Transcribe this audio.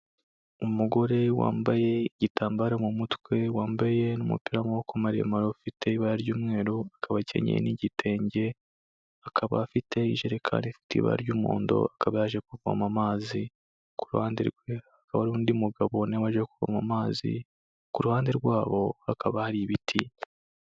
Umugore wambaye igitambaro mu mutwe, wambaye n'umupira w'amaboko maremare ufite ibara ry'umweru akaba akenyeye n'igitenge, akaba afite ijerereka ifite ibara ry'umuhondo, akaba yaje kuvoma amazi, ku ruhande rwe hakaba hari undi mugabo na we waje kuvoma amazi, ku ruhande rwabo hakaba hari ibiti.